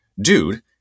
Dude